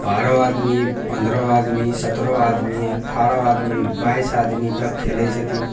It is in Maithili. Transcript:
बारह आदमी पन्द्रह आदमी सतरह आदमी अठारह आदमी बाइस आदमी तक खेले छथिन